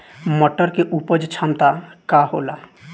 मटर के उपज क्षमता का होला?